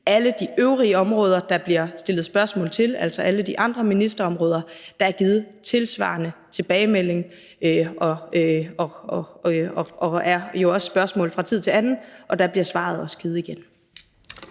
alle de øvrige områder, der bliver stillet spørgsmål til, altså alle de andre ministerområder, er der givet tilsvarende tilbagemelding. Der er der jo også spørgsmål fra tid til anden, og der bliver svaret også givet igen.